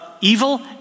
evil